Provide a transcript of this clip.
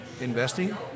investing